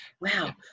Wow